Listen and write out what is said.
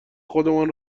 خودمان